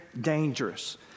dangerous